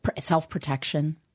self-protection